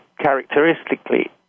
characteristically